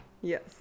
Yes